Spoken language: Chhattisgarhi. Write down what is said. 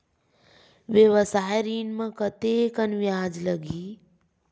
व्यवसाय ऋण म कतेकन ब्याज लगही?